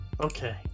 Okay